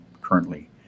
currently